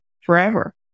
forever